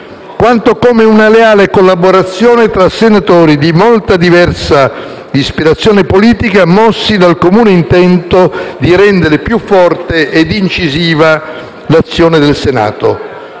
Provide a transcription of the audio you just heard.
quanto come una leale collaborazione tra senatori di ispirazione politica molto diversa, mossi dal comune intento di rendere più forte e incisiva l'azione del Senato.